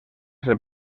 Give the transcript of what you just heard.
ser